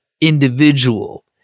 individual